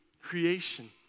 creation